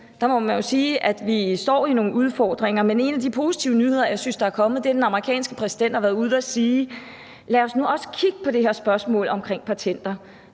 vi står med nogle udfordringer, men en af de positive nyheder, jeg synes der er kommet, er, at den amerikanske præsident har været ude at sige: Lad os nu også kigge på det her spørgsmål om patenter.